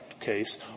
case